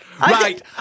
Right